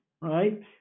Right